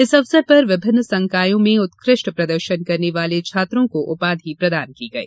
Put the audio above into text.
इस अवसर पर विभिन्न संकायों में उत्कृष्ट प्रदर्शन करने वाले छात्रों को उपाधि प्रदान की गई